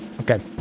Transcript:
Okay